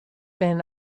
been